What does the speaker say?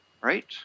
Right